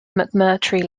mcmurtry